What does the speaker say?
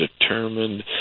determined